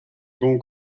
bon